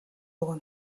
өгнө